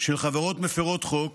של חברות מפירות חוק